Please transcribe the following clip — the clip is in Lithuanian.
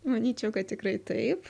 manyčiau kad tikrai taip